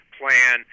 plan